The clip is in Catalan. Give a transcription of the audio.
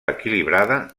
equilibrada